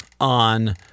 on